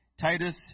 Titus